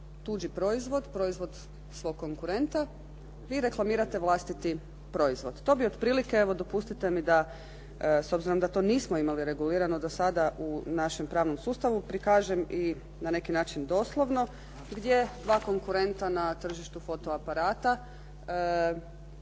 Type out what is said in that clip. tuđi proizvod, proizvod svog konkurenta vi reklamirate vlastiti proizvod. To bi otprilike, evo dopustite mi da s obzirom da to nismo imali regulirano do sada u našem pravnom sustavu, prikažem i na neki način doslovno gdje dva konkurenta na tržištu fotoaparata